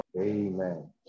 Amen